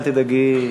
אל תדאגי,